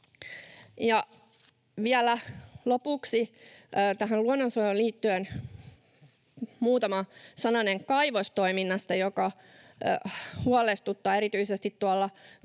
Vielä lopuksi tähän luonnonsuojeluun liittyen muutama sananen kaivostoiminnasta, joka huolestuttaa erityisesti tuolla